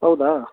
ಹೌದಾ